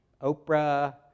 Oprah